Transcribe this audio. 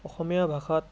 অসমীয়া ভাষাত